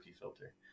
filter